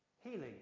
Healing